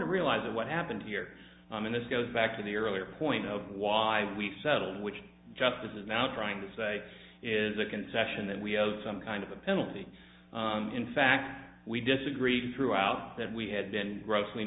one realizes what happened here and this goes back to the earlier point of why we settled which justice is now trying to say is a concession that we owe some kind of a penalty in fact we disagreed throughout that we had been grossly